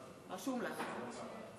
רשום לך.